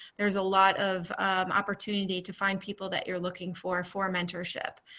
there is a lot of opportunity to find people that you are looking for for mentorship.